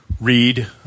read